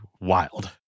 wild